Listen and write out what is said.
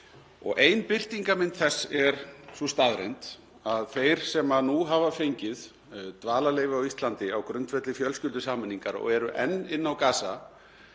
Ein birtingarmynd þess er sú staðreynd að þeir sem nú hafa fengið dvalarleyfi á Íslandi á grundvelli fjölskyldusameiningar og eru enn inni á Gaza